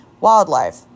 wildlife